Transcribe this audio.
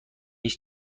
است